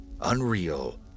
Unreal